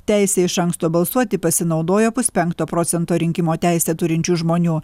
teisė iš anksto balsuoti pasinaudojo puspenkto procento rinkimo teisę turinčių žmonių